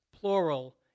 plural